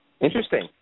Interesting